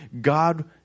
God